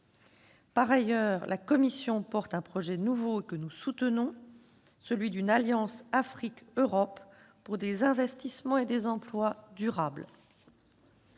Par ailleurs, la Commission européenne défend un projet nouveau, que nous soutenons, celui d'une alliance Afrique-Europe, pour des investissements et des emplois durables.